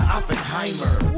Oppenheimer